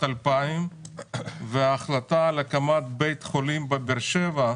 2000 וההחלטה על הקמת בית חולים בבאר שבע,